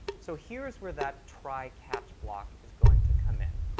so here is where that try, catch block is going to come in.